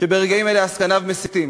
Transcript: שברגעים אלה עסקניו מסיתים.